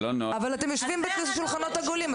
אבל אתם יושבים בשולחנות עגולים,